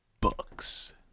books